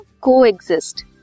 coexist